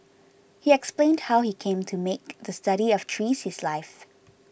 he explained how he came to make the study of trees his life